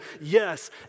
yes